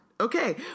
Okay